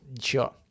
Sure